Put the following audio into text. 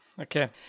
Okay